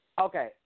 Okay